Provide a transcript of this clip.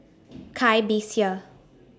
Cai Bixia